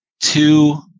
two